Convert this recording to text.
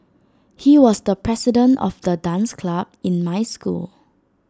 he was the president of the dance club in my school